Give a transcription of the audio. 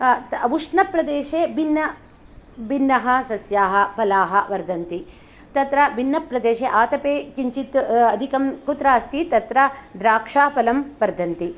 उष्णप्रदेशे भिन्न भिन्नः सस्याः फलाः वर्धन्ति तत्र भिन्नप्रदेशे आतपे किञ्चित् अधिकं कुत्र अस्ति तत्र द्राक्षाफलं वर्धन्ति